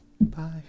Bye